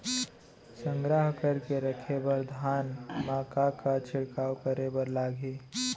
संग्रह करके रखे बर धान मा का का छिड़काव करे बर लागही?